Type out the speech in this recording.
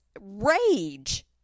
rage